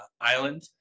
Island